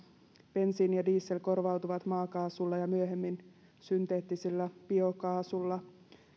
bensiini ja diesel korvautuvat maakaasulla ja myöhemmin synteettisellä biokaasulla